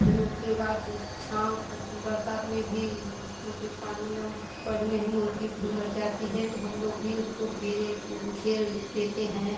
फिर उसके बाद उंह छाँव को बरसात में भी सोचें पानी ना पड़े नहीं मुर्ग़ी भी मर जाती है तो हम लोग भी उसको घेर घेर देते हैं